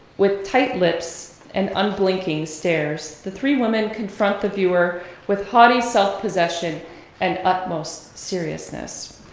with tight lips and unblinking stares, the three women confront the viewer with haughty self-possession and utmost seriousness.